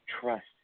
trust